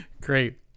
Great